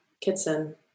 Kitson